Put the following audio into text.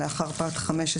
אחרי פרט (24)